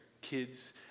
kids